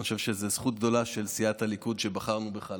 אני חושב שזאת זכות גדולה של סיעת הליכוד שבחרנו בך לתפקיד.